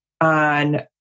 on